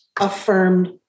affirmed